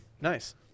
Nice